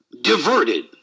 diverted